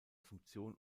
funktion